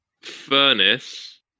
furnace